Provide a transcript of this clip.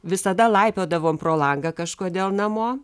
visada laipiodavom pro langą kažkodėl namo